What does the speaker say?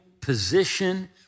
position